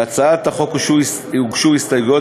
להצעת החוק הוגשו הסתייגויות,